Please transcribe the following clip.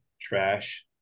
trash